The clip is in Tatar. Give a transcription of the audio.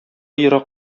ерак